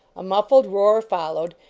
a muffled roar followed,